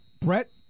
Brett